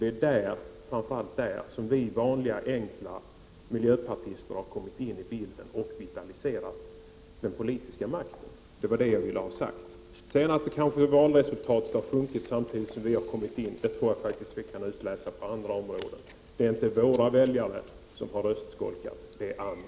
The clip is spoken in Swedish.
Det är framför allt där som vi vanliga enkla miljöpartister har kom mit in i bilden och vitaliserat den politiska makten. Det var vad jag ville ha sagt. Att sedan valdeltagandet har sjunkit samtidigt som vi har kommit in i riksdagen tror jag vi kan tillskriva andra omständigheter: Det är inte våra väljare som har röstskolkat — det är andra.